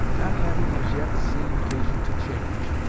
not having as yet seen occasion to change,